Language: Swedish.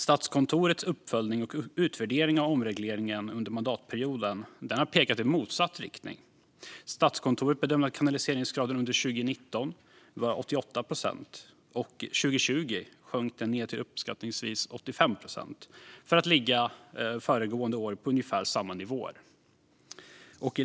Statskontorets uppföljning och utvärdering av omregleringen under mandatperioden har pekat i motsatt riktning. Statskontoret bedömer att kanaliseringsgraden under 2019 var 88 procent. Och 2020 sjönk den ned till uppskattningsvis 85 procent för att föregående år ligga på ungefär samma nivåer.